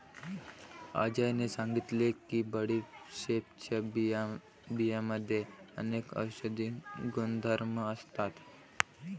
अजयने सांगितले की बडीशेपच्या बियांमध्ये अनेक औषधी गुणधर्म असतात